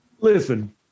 Listen